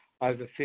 over